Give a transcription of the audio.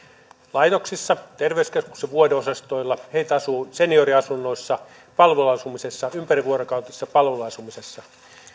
laitoksissa terveyskeskuksen vuodeosastoilla heitä asuu senioriasunnoissa palveluasumisessa ympärivuorokautisessa palveluasumisessa